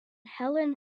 helen